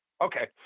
Okay